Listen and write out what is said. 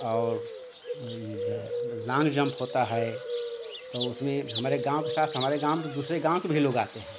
और long jump होता है तो उसमें हमारे गाँव के साथ हमारे गाँव में तो दूसरे गाँव के भी लोग आते हैं